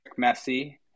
Messi